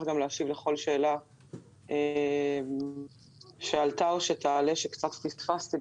להשיב על כל שאלה שעלתה או תעלה ואולי פספסתי,